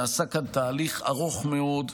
נעשה כאן תהליך ארוך מאוד,